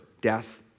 Death